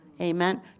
amen